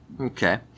Okay